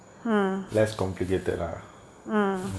less complicate that are